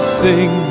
sing